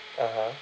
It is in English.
(uh huh)